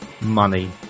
money